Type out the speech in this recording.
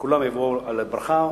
וכולם יבואו על הברכה.